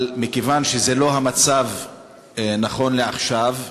אבל מכיוון שזה לא המצב נכון לעכשיו,